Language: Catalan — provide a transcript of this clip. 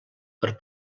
per